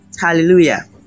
hallelujah